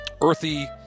earthy